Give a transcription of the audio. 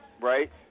right